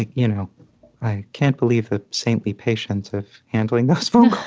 you know i can't believe the saintly patience of handling those phone